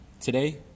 Today